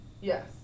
Yes